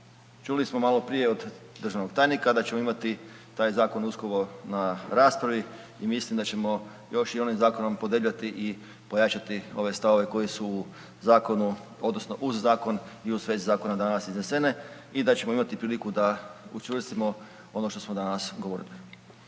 Čuli smo maloprije od državnog tajnika da ćemo imati taj zakon uskoro na raspravi i mislim da ćemo još i onim zakonom podebljati i pojačati ove stavove koji su u zakonu odnosno uz zakon i u svezi zakona danas iznesene i da ćemo imati priliku da učvrstimo ono što smo danas govorili.